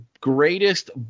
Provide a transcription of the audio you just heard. greatest